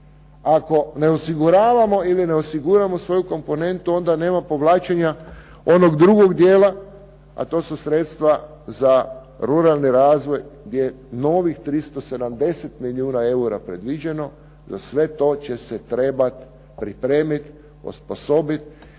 Ako ne osiguravamo ili ne osiguramo svoju komponentu onda nema povlačenja onog drugog dijela, a to su sredstva za ruralni razvoj gdje je novih 370 milijuna eura predviđeno. Za sve će se to trebati pripremiti, osposobiti.